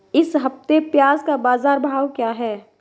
इस हफ्ते प्याज़ का बाज़ार भाव क्या है?